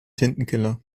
tintenkiller